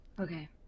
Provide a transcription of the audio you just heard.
Okay